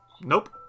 Nope